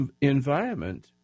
environment